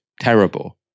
terrible